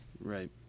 Right